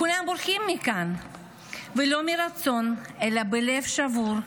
כולם בורחים מכאן לא מרצון אלא בלב שבור,